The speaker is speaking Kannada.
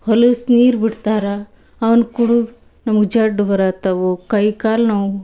ಹೊಲಸು ನೀರು ಬಿಡ್ತಾರೆ ಅವ್ನ ಕುಡ್ದು ನಮ್ಗೆ ಜಡ್ಡು ಬರಹತ್ತವು ಕೈ ಕಾಲು ನೋವು